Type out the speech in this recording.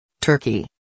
turkey